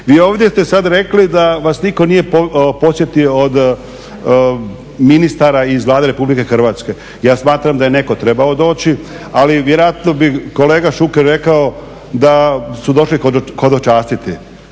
Vi ovdje ste sad rekli da vas nitko nije posjetio od ministara i iz Vlade RH. Ja smatram da je netko trebao doći, ali vjerojatno bi kolega Šuker rekao da su došli hodočastiti.